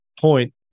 point